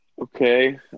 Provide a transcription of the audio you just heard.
Okay